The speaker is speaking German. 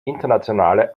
internationale